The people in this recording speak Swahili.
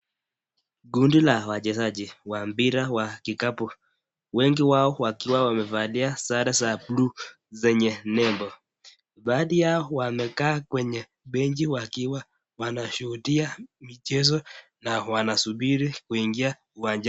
Kundi la wachezaji wa mpira wa kikapu wengi wao wakiwa wamevaliasare za blue zenye nambo. Baadhi yao wamekaa kwenye benji wakiwa wanashuhudia michezo na wanasubiri kuingia uwanja.